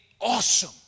awesome